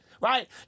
Right